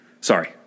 Sorry